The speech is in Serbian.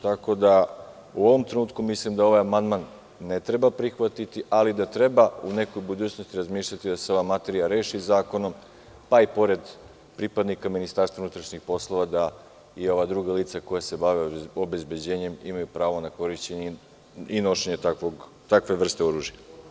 Tako da, u ovom trenutku mislim da ovaj amandman ne treba prihvatiti, ali da treba u nekoj budućnosti razmišljati da se ova materija reši zakonom, pa i pored pripadnika MUP-a da i ova druga lica koja se bave obezbeđenjem imaju pravo na korišćenje i nošenje takve vrste oružja.